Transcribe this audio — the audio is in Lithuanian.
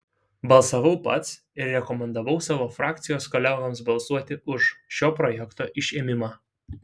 balsavau pats ir rekomendavau savo frakcijos kolegoms balsuoti už šio projekto išėmimą